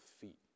feet